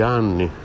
anni